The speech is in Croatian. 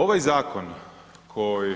Ovaj zakon,